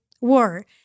war